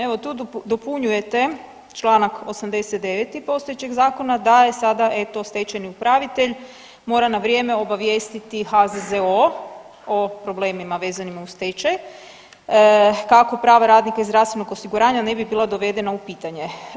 Evo tu dopunjujete čl. 89. postojećeg zakona da je sada eto stečajni upravitelj mora na vrijeme obavijestiti HZZO o problemima vezanima uz stečaj kako prava radnika iz zdravstvenog osiguranja ne bi bila dovedena u pitanje.